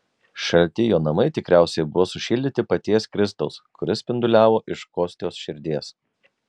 šalti jo namai tikriausiai buvo sušildyti paties kristaus kuris spinduliavo iš kostios širdies